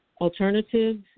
alternatives